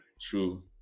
true